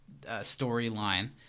storyline